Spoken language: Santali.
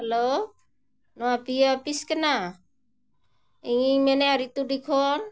ᱦᱮᱞᱳ ᱱᱚᱣᱟ ᱯᱤᱭᱳ ᱚᱯᱷᱤᱥ ᱠᱟᱱᱟ ᱤᱧᱤᱧ ᱢᱮᱱᱮᱫᱟ ᱨᱤᱛᱩᱰᱤ ᱠᱷᱚᱱ